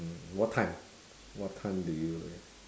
mm what time what time do you look at